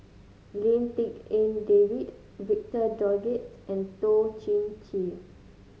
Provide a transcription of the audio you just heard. Lim Tik En David Victor Doggett and Toh Chin Chye